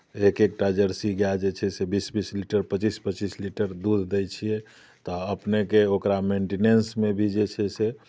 एक एक टा जर्सी गाए जे छै बीस बीस लीटर पचीस पचीस लीटर दूध दै छियै तऽ अपनेके ओकरा मेन्टेनेंसमे भी जे छै से